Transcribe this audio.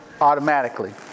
automatically